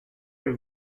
are